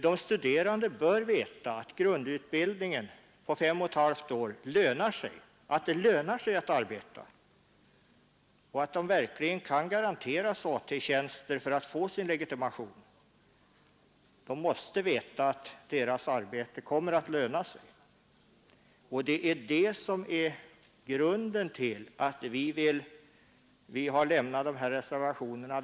De studerande bör veta att grundutbildningen på fem och ett halvt år lönar sig och att de verkligen kan garanteras AT-tjänster för att få sin legitimation. De måste veta att deras arbete kommer att löna sig. Det är detta som är grunden till att vi lämnat reservationerna om detta.